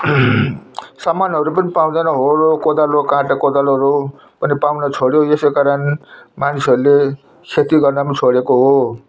सामानहरू पनि पाउँदैन हलो कोदालो काँटा कोदालोहरू पनि पाउन छोड्यो यसै कारण मानिसहरूले खेती गर्न छोडेको हो